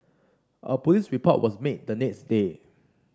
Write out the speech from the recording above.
a police report was made the next day